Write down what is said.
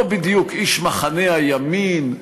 לא בדיוק איש מחנה הימין,